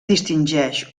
distingeix